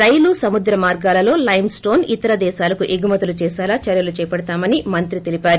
రైలు సముద్ర మర్గాలలో లైమ్ న్లోన్ ఇతర దేశాలకు ఎగుమతులు చేసేలా చర్యలు చేపడతామని మంత్రి తెలిపారు